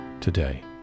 today